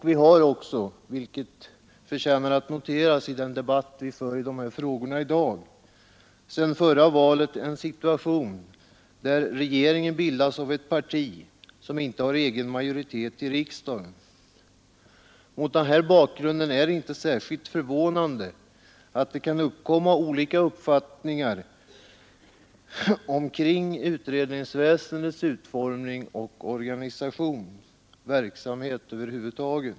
Vi har också — vilket förtjänar att noteras i den debatt vi för i dessa frågor i dag — sedan förra valet en situation där regeringen bildas av ett parti som inte har egen majoritet i riksdagen. Mot denna bakgrund är det inte särkilt förvånande att det kan uppkomma olika uppfattningar om utredningsväsendets utformning, organisation och verksamhet över huvud taget.